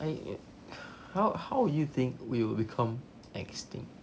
I how how you think we would become extinct